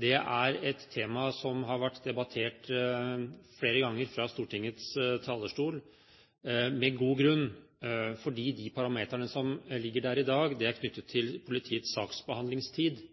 Det er et tema som har vært debattert flere ganger fra Stortingets talerstol med god grunn, fordi de parametrene som ligger der i dag, er knyttet til politiets saksbehandlingstid